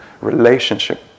relationship